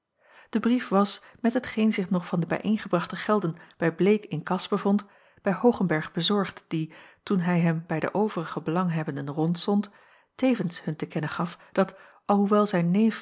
de brief was met hetgeen zich nog van de bijeengebrachte gelden bij bleek in kas bevond bij hoogenberg bezorgd die toen hij hem bij de overige belanghebbenden rondzond tevens hun te kennen gaf dat alhoewel zijn